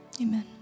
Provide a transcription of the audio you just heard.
amen